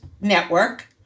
Network